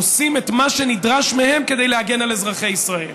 עושים את מה שנדרש מהם כדי להגן על אזרחי ישראל.